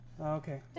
okay